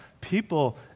people